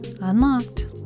Unlocked